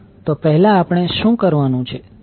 તો પહેલા આપણે શું કરવાનું છે